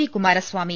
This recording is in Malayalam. ഡി കുമാരസ്വാമി